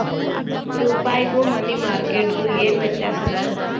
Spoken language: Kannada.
ರೂಪಾಯ್ಗು ಮನಿ ಮಾರ್ಕೆಟ್ ಗು ಏನ್ ವ್ಯತ್ಯಾಸದ